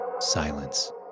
silence